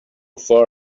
far